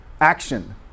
Action